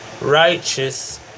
righteous